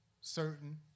certain